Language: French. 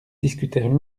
discutèrent